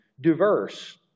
diverse